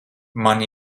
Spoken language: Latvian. man